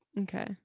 okay